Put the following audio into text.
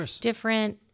different